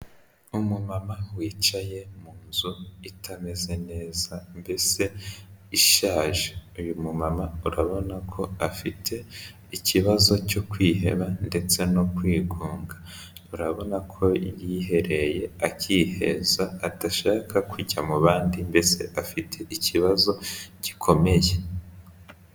Umumama wicaye mu nzu itameze neza mbese ishaje, uyu mumama urabona ko afite ikibazo cyo kwiheba ndetse no kwigunga, urabona ko yiherereye akiheza adashaka kujya mu bandi mbese afite ikibazo gikomeye.